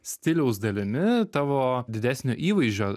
stiliaus dalimi tavo didesnio įvaizdžio